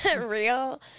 real